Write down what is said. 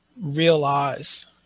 realize